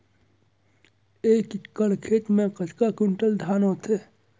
एक एकड़ खेत मा कतका क्विंटल धान होथे?